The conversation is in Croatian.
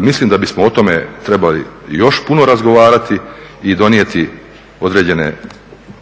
Mislim da bismo o tome trebali još puno razgovarati i donijeti